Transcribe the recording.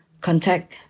contact